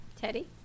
Teddy